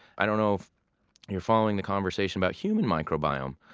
i don't know if you're following the conversation about human microbiome,